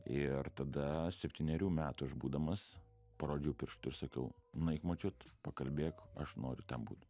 ir tada septynerių metų aš būdamas parodžiau pirštu ir sakiau nueik močiut pakalbėk aš noriu būt